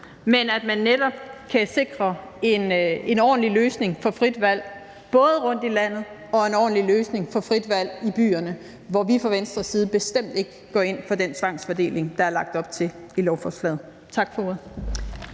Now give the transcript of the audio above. men at man netop kan sikre både en ordentlig løsning for frit valg rundtom i landet og en ordentlig løsning for frit valg i byerne, hvor vi fra Venstres side bestemt ikke går ind for den tvangsfordeling, der er lagt op til i lovforslaget. Tak for ordet.